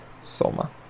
Soma